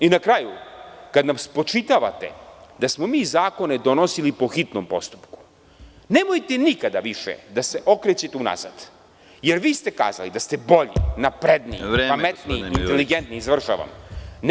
Na kraju, kada nam spočitavate da smo mi zakone donosili po hitnom postupku, nemojte nikada više da se okrećete unazad, jer vi ste kazali da ste bolji, napredniji, pametniji, inteligentniji… (Predsedavajući, s mesta: Vreme.) Završavam.